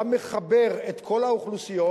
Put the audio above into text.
וגם מחבר את כל האוכלוסיות.